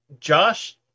Josh